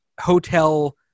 hotel